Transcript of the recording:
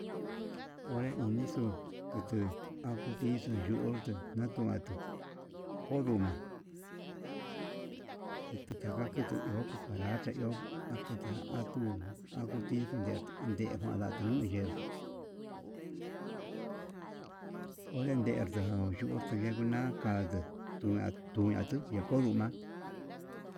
Onre inixu kutuu anguu yii ondujutu, natual onduna kutu taka kutu iho cucaracho akuta atuu, anguti nduada ndatiu nuu ye'é onredendu ngan yonturtu yenguo na'a kandu tuna tuye'e ndako nduna'a.